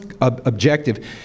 objective